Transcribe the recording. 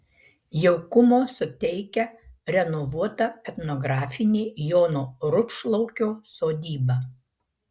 jaukumo suteikia renovuota etnografinė jono rupšlaukio sodyba